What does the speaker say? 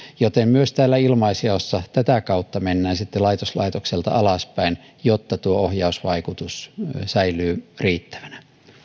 joten myös täällä ilmaisjaossa tätä kautta mennään sitten laitos laitokselta alaspäin jotta tuo ohjausvaikutus säilyy riittävänä